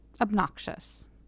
Obnoxious